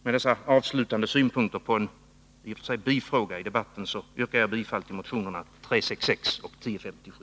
Med dessa avslutande synpunkter på vad som i och för sig är en bifråga i debatten yrkar jag bifall till motionerna 366 och 1057.